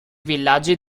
villaggi